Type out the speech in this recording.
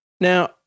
Now